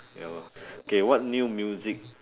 ya lor K what new music